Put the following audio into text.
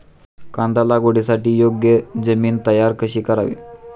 कांदा लागवडीसाठी योग्य जमीन तयार कशी करावी?